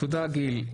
תודה, גיל.